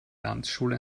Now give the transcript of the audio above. tanzschule